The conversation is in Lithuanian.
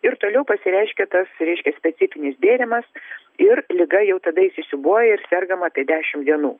ir toliau pasireiškia tas reiškias specifinis bėrimas ir liga jau tada įsisiūbuoja ir sergama apie dešim dienų